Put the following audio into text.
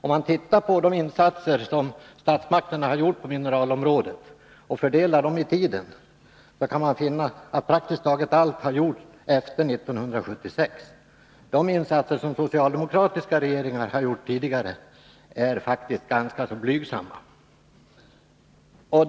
Om man tittar på de insatser som statsmak terna har gjort på mineralområdet och när dessa insatser har gjorts finner man att praktiskt taget allt har gjorts efter 1976. De insatser som socialdemokratiska regeringar har gjort tidigare är faktiskt ganska blygsamma.